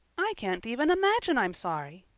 i can't even imagine i'm sorry.